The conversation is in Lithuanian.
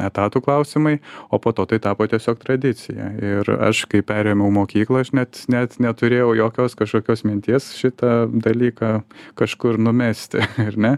etatų klausimai o po to tai tapo tiesiog tradicija ir aš kai perėmiau mokyklą aš net net neturėjau jokios kažkokios minties šitą dalyką kažkur numesti ar ne